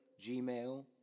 Gmail